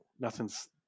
nothing's